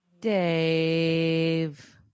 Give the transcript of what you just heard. Dave